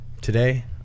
today